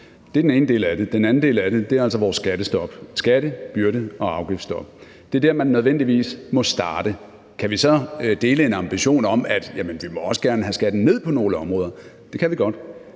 Det er den ene del af det. Den anden del af det er altså vores skattestop – vores skattebyrde- og afgiftsstop. Det er der, man nødvendigvis må starte. Kan vi så dele en ambition om, at vi også gerne vil have skatten ned på nogle områder? Det kan vi godt,